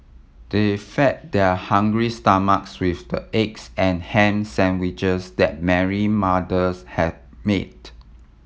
they fed their hungry stomachs with the eggs and ham sandwiches that Mary mother's had made